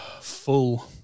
Full